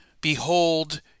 Behold